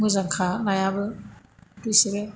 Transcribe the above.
मोजांखा नायाबो बेसोरो